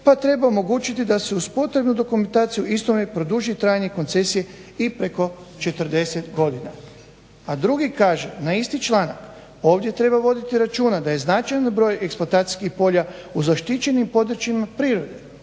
pa treba omogućiti da se uz potrebnu dokumentaciju istome produži trajanje koncesije i preko 40 godina. A drugi kaže na isti članak ovdje treba voditi računa da je značajno broj eksploatacijskih polja u zaštićenim područjima prirode,